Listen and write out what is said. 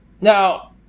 Now